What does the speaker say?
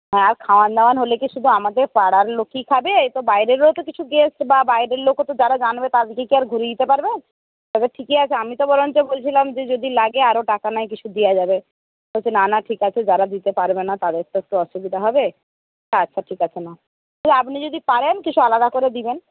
আর খাওয়ান দাওয়ান হলে কি শুধু আমাদের পাড়ার লোকই খাবে তো বাইরেরও তো কিছু গেস্ট বা বাইরের লোকও তো যারা জানবে তাদেরকে কি আর ঘুরিয়ে দিতে পারবে তাহলে ঠিকই আছে আমি তো বরঞ্চ বলছিলাম যে যদি লাগে আরও টাকা নয় কিছু দেওয়া যাবে বলছে না না ঠিক আছে যারা দিতে পারবে না তাদের তো একটু অসুবিধা হবে আচ্ছা ঠিক আছে নাও সে আপনি যদি পারেন কিছু আলাদা করে দেবেন